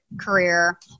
career